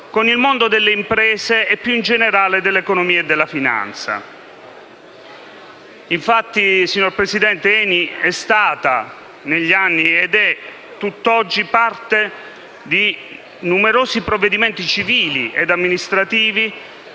con il mondo delle imprese e più in generale dell'economia e della finanza.». Infatti, signor Presidente, «ENI è stata ed è a tutt'oggi parte in numerosi procedimenti civili e amministrativi